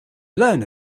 learn